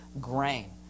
grain